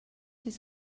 his